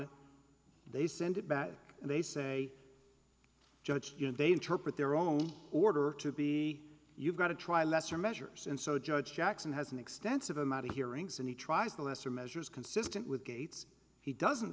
leon they send it back and they say judge they interpret their own order to be you've got to try lesser measures and so judge jackson has an extensive amount of hearings and he tries the lesser measures consistent with gates he doesn't